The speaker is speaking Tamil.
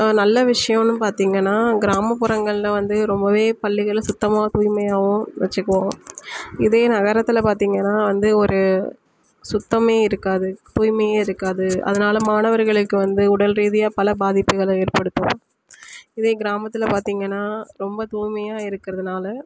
நல்ல விஷயோன்னு பார்த்தீங்கன்னா கிராமப்புறங்களில் வந்து ரொம்ப பள்ளிகளை சுத்தமாக தூய்மையாகவும் வெச்சுக்குவோம் இதே நகரத்தில் பார்த்தீங்கன்னா வந்து ஒரு சுத்தமே இருக்காது தூய்மையே இருக்காது அதனால மாணவர்களுக்கு வந்து உடல் ரீதியாக பல பாதிப்புகளை ஏற்படுத்தும் இதே கிராமத்தில் பார்த்தீங்கன்னா ரொம்ப தூய்மையாக இருக்கிறதுனால